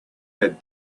had